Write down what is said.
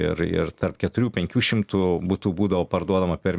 ir ir tarp keturių penkių šimtų butų būdavo parduodama per